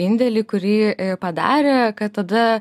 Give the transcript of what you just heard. indėlį kurį padarė kad tada